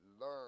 learn